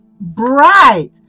bright